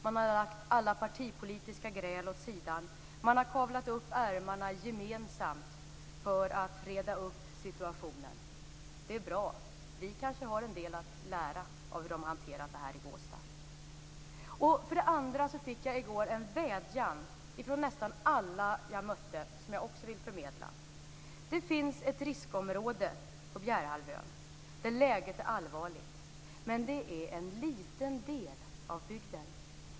Man har lagt alla partipolitiska gräl åt sidan och kavlat upp ärmarna gemensamt för att reda upp situationen. Det är bra. Vi kanske har en del att lära av hur de har hanterat det här i Båstad. För det andra fick jag i går en vädjan ifrån nästan alla jag mötte som jag också vill förmedla. Det finns ett riskområde på Bjärehalvön där läget är allvarligt, men det är en liten del av bygden.